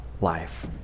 life